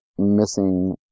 missing